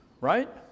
right